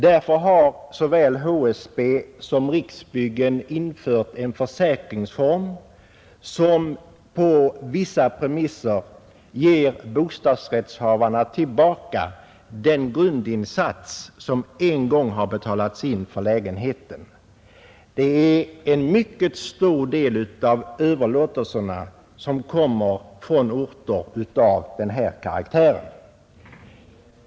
Därför har såväl HSB som Riksbyggen infört en försäkringsform, som på vissa premisser ger bostadsrättshavarna tillbaka den grundinsats som en gång har betalats in för lägenheten. En mycket stor del av överlåtelserna kommer från orter av denna karaktär.